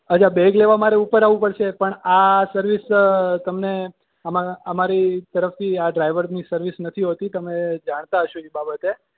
અચ્છા બેગ લેવા મારે ઉપર આવવું પડશે પણ આ સર્વિસ તમને અમારા અમારી તરફથી આ ડ્રાઈવરની સર્વિસ નથી હોતી તમે જાણતા હશો એ બાબતે